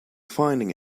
finding